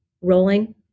rolling